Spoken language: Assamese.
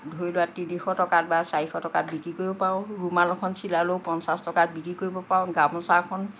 ধৰি লোৱা তিনিশ টকাত বা চাৰিশ টকাত বিক্ৰী কৰিব পাৰোঁ ৰুমাল এখন চিলালেও পঞ্চাছ টকাত বিক্ৰী কৰিব পাৰোঁ গামোছা এখন